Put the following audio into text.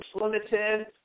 limited